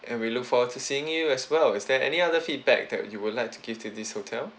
and we look forward to seeing you as well is there any other feedback that you would like to give to this hotel